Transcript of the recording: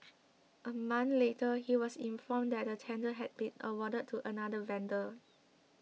a month later he was informed that the tender had been awarded to another vendor